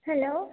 hello